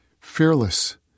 fearless